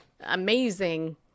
amazing